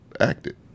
acted